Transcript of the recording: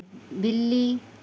बिल्ली